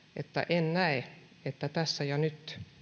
en näe että tässä ja nyt meidän on